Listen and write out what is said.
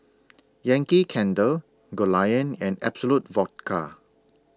Yankee Candle Goldlion and Absolut Vodka